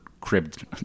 cribbed